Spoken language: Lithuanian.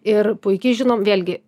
ir puikiai žinom vėlgi